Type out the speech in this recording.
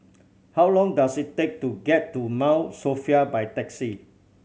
how long does it take to get to Mount Sophia by taxi